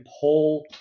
pull